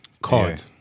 card